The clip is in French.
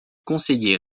conseiller